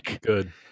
good